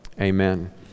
Amen